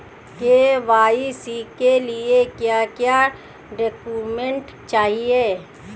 KYC के लिए क्या क्या डॉक्यूमेंट चाहिए?